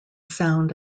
sound